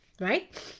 right